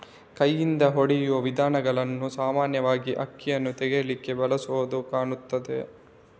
ಕೈಯಿಂದ ಹೊಡೆಯುವ ವಿಧಾನಗಳನ್ನ ಸಾಮಾನ್ಯವಾಗಿ ಅಕ್ಕಿಯನ್ನ ತೆಗೀಲಿಕ್ಕೆ ಬಳಸುದು ಕಾಣ್ತದೆ